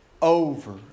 over